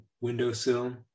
windowsill